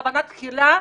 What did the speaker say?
בכוונה תחילה,